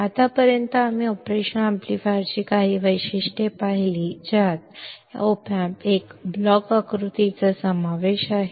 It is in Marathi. आत्तापर्यंत आम्ही ऑपरेशनल एम्पलीफायरची काही वैशिष्ट्ये पाहिली आहेत ज्यात एक op amp च्या ब्लॉक आकृतीचा समावेश आहे